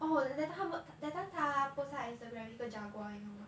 oh that time 他们 that time 他 post 在 Instagram 一个 jaguar 你懂